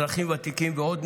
אזרחים ותיקים ועוד,